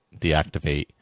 deactivate